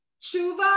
tshuva